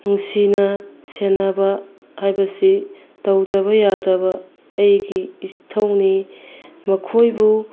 ꯅꯨꯡꯁꯤꯅ ꯁꯦꯟꯅꯕ ꯍꯥꯏꯕꯁꯤ ꯇꯧꯗꯕ ꯌꯥꯗꯕ ꯑꯩꯒꯤ ꯏꯊꯧꯅꯤ ꯃꯈꯣꯏꯕꯨ